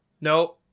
No